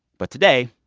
but today,